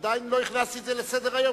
עדיין לא הכנסתי את זה לסדר-היום.